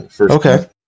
Okay